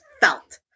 felt